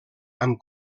amb